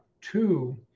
Two